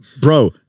bro